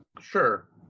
sure